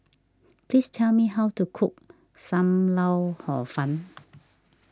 please tell me how to cook Sam Lau Hor Fun